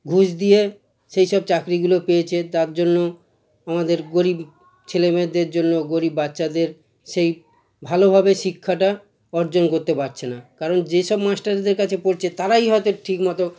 ঘুষ দিয়ে সেইসব চাকরিগুলো পেয়েছে তার জন্য আমাদের গরিব ছেলে মেয়েদের জন্য গরিব বাচ্চাদের সেই ভালোভাবে শিক্ষাটা অর্জন করতে পারছে না কারণ যেসব মাস্টারদের কাছে পড়ছে তারাই হয়তো ঠিকমতো